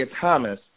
Thomas